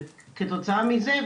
וכתוצאה מזה,